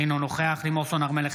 אינו נוכח לימור סון הר מלך,